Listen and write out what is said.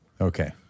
okay